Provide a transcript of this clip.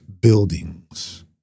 buildings